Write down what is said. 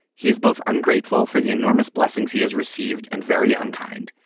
he is both ungrateful for the enormous blessings he has received and very unkind.